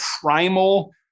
primal